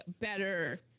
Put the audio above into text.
better